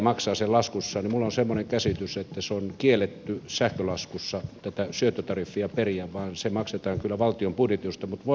minulla on semmoinen käsitys että on kiellettyä sähkölaskussa tätä syöttötariffia periä vaan se maksetaan kyllä valtion budjetista mutta voin olla väärässä